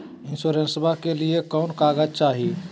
इंसोरेंसबा के लिए कौन कागज चाही?